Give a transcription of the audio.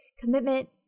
commitment